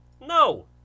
No